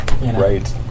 Right